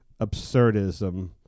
absurdism